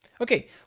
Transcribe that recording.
Okay